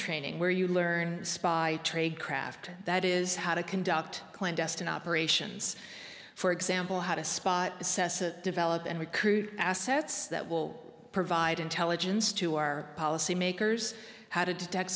training where you learn spy trade craft that is how to conduct clandestine operations for example how to spot develop and recruit assets that will provide intelligence to our policymakers how to detect